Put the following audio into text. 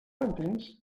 entens